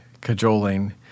cajoling